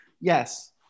yes